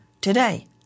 today